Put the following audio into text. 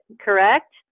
correct